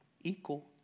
equal